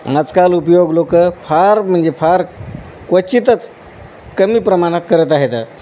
आजकाल उपयोग लोकं फार म्हणजे फार क्वचितच कमी प्रमाणात करत आहेत